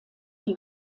die